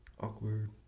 Awkward